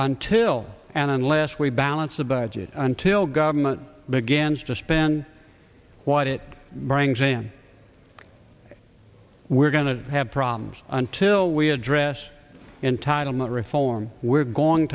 until and unless we balance the budget until government begins to spend what it brings in we're going to have problems until we address entitlement reform we're going